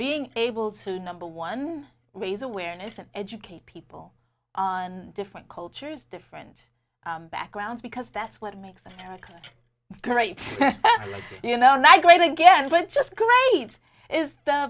being able to number one raise awareness and educate people on different cultures different backgrounds because that's what makes america great you know and i great again but just great is